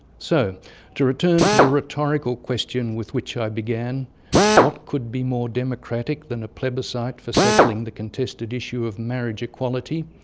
so to return to the rhetorical question with which i began what could be more democratic than a plebiscite for settling the contested issue of marriage equality?